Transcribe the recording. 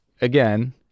again